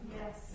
Yes